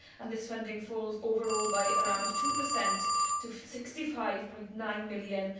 and this funding falls overall by around two per cent to sixty five point nine million